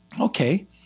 Okay